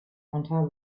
unter